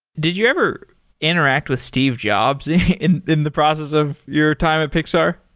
did you ever interact with steve jobs in in the process of your time at pixar?